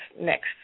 next